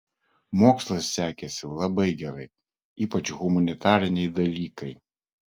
mokslas sekėsi labai gerai ypač humanitariniai dalykai